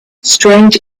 strange